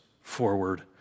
forward